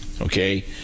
Okay